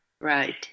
Right